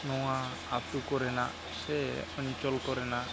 ᱱᱚᱣᱟ ᱟᱛᱳ ᱠᱚᱨᱮᱱᱟᱜ ᱥᱮ ᱚᱧᱪᱚᱞ ᱠᱚᱨᱮᱱᱟᱜ